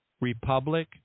Republic